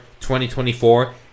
2024